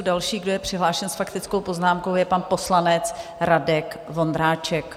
Další, kdo je přihlášen s faktickou poznámkou, je pan poslanec Radek Vondráček.